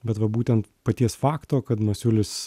bet va būtent paties fakto kad masiulis